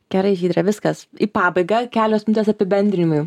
gerai žydre viskas į pabaigą kelios minutės apibendrinimui